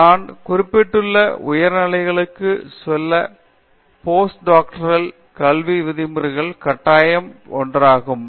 நிர்மலா நான் குறிப்பிட்டுள்ள உயர் நிறுவங்களுக்கு செல்ல போஸ்ட் டாக்டோரல் கல்வி விதிமுறைகளில் கட்டாய வேண்டிய ஒன்றாகும்